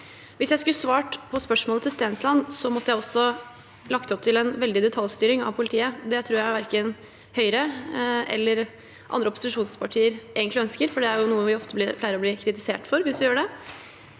Hvis jeg skulle svart på spørsmålet til Stensland, måtte jeg også lagt opp til en veldig detaljstyring av politiet. Det tror jeg verken Høyre eller andre opposisjonspartier egentlig ønsker, for det er noe vi pleier å bli kritisert for hvis vi gjør det.